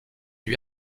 lui